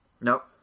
Nope